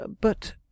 But